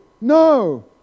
No